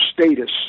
status